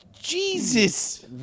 Jesus